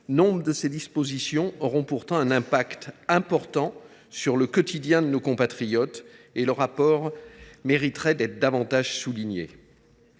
nombre de ces dispositions auront un impact important sur le quotidien de nos compatriotes. Ainsi, leur apport mériterait d’être davantage souligné.